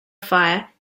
fire